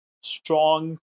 strong